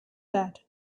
that